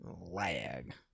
Lag